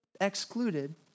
excluded